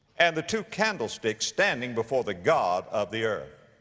and the two candlesticks standing before the god of the earth.